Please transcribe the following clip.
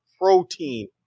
protein